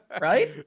right